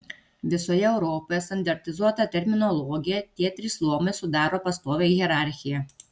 visoje europoje standartizuota terminologija tie trys luomai sudaro pastovią hierarchiją